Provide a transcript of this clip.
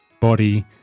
body